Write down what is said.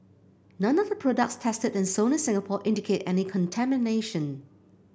none of the products tested and sold in Singapore indicate any contamination